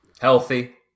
healthy